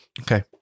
Okay